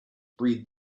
breed